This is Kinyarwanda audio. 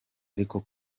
ariko